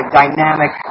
dynamic